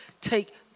take